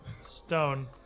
stone